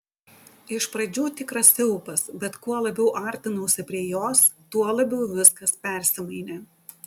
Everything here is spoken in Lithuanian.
iš pradžių tikras siaubas bet kuo labiau artinausi prie jos tuo labiau viskas persimainė